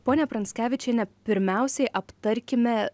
ponia pranckevičiene pirmiausiai aptarkime